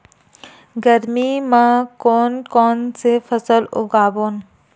गरमी मा कोन कौन से फसल उगाबोन?